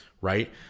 Right